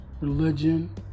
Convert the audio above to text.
religion